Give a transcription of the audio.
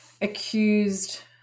accused